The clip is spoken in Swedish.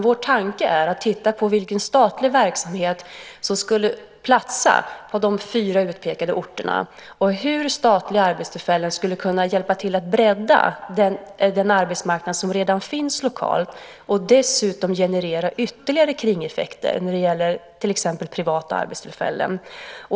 Vår tanke är att titta på vilken statlig verksamhet som skulle platsa på de fyra utpekade orterna samt hur statliga arbetstillfällen skulle kunna hjälpa till att bredda den arbetsmarknad som redan finns lokalt och dessutom generera ytterligare kringeffekter när det gäller till exempel privata arbetstillfällen.